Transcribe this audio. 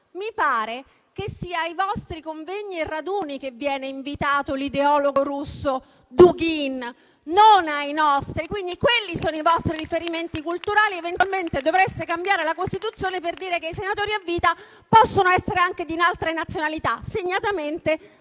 mi pare che sia ai vostri convegni e raduni che viene invitato l'ideologo russo Dugin, non ai nostri. Quelli sono i vostri riferimenti culturali ed eventualmente dovreste cambiare la Costituzione per dire che i senatori a vita possono essere anche di altre nazionalità, segnatamente